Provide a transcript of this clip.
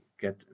get